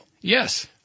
Yes